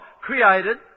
created